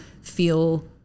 feel